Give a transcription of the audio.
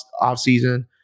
offseason